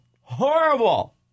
horrible